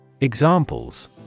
Examples